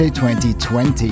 2020